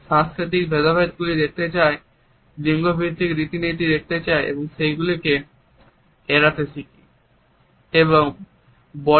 সাংস্কৃতিক ভেদাভেদ গুলি দেখতে থাকি লিঙ্গভিত্তিক রীতিনীতি দেখতে থাকি